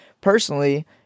personally